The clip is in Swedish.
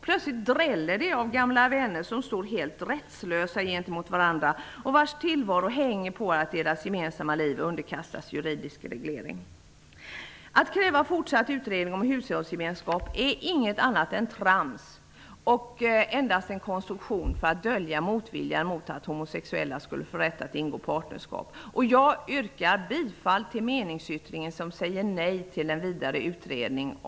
Plötsligt dräller det av gamla vänner som står helt rättslösa gentemot varandra och vars tillvaro hänger på att deras gemensamma liv underkastas juridisk reglering. Att kräva fortsatt utredning om hushållsgemenskap är inget annat än trams, och det är endast en konstruktion för att dölja motviljan mot att homosexuella skulle få rätt att ingå partnerskap. Jag yrkar bifall till meningsyttringen, där Vänsterpartiet säger nej till en vidare utredning.